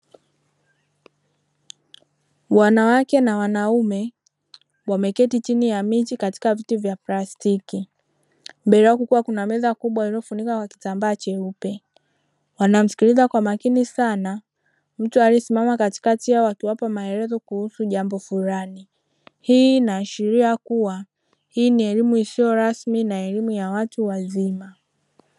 Wanawake na wanaume wameketi chini ya miti katika viti vya plastiki mbele yao kukiwa kuna meza kubwa iliyofunikwa kwa kitambaa cheupe, wanamsikiliza kwa makini sana mtu aliyesimama katikati yao akiwapa maelezo kuhusu jambo fulani, hii inaashiria kuwa hii ni elimu isiyo rasmi na elimu ya watu wazima.